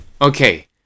Okay